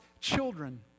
children